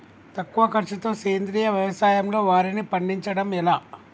తక్కువ ఖర్చుతో సేంద్రీయ వ్యవసాయంలో వారిని పండించడం ఎలా?